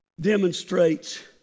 demonstrates